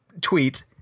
tweet